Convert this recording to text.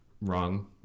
wrong